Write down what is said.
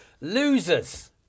Losers